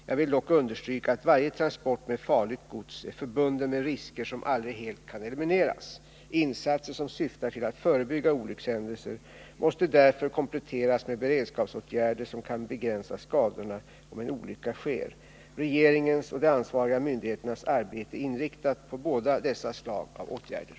Jag vill dock understryka att varje transport med farligt gods är förbunden med risker, som aldrig helt kan elimineras. Insatser som syftar till att förebygga olyckshändelser måste därför kompletteras med beredskapsåtgärder som kan begränsa skadorna om en olycka sker. Regeringens och de ansvariga myndigheternas arbete är inriktat på båda dessa slag av åtgärder.